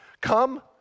come